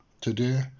today